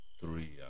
Three